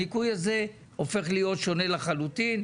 הניכוי הזה הופך להיות שונה לחלוטין,